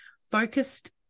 focused